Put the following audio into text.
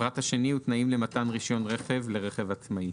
תנאים למתן רישיון רכב לרכב עצמאי: